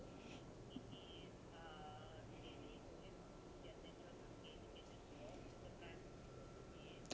oh okay lah it's not near the M_R_T but then it's okay because you are driving and in future your child needs to go to a school so primary school should be good